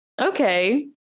Okay